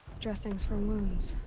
dressings from wounds.